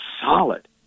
solid